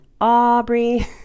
aubrey